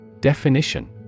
Definition